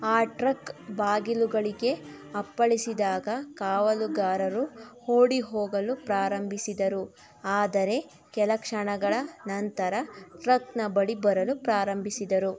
ಆ ಟ್ರಕ್ ಬಾಗಿಲುಗಳಿಗೆ ಅಪ್ಪಳಿಸಿದಾಗ ಕಾವಲುಗಾರರು ಓಡಿಹೋಗಲು ಪ್ರಾರಂಭಿಸಿದರು ಆದರೆ ಕೆಲಕ್ಷಣಗಳ ನಂತರ ಟ್ರಕ್ನ ಬಳಿ ಬರಲು ಪ್ರಾರಂಭಿಸಿದರು